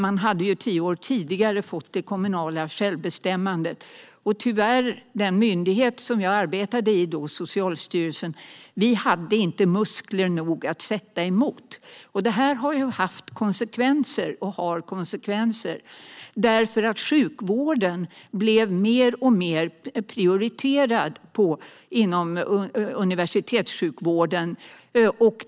Man hade ju tio år tidigare infört det kommunala självbestämmandet. Den myndighet som jag arbetade på då - Socialstyrelsen - hade inte nog med muskler för att sätta emot. Det har haft och har konsekvenser därför att sjukvården blev mer och mer prioriterad inom universitetssjukvården.